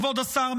כבוד השר,